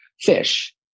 fish